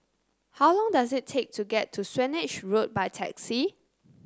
how long does it take to get to Swanage Road by taxi